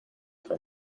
for